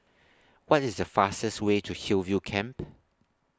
What IS The fastest Way to Hillview Camp